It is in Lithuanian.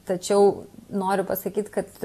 tačiau noriu pasakyt kad